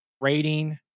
rating